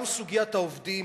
גם סוגיית העובדים,